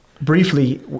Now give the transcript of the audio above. briefly